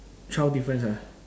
twelve difference ah